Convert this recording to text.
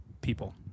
people